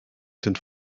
sind